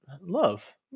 love